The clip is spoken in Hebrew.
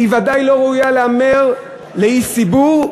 היא ודאי לא ראויה להיאמר מאיש ציבור,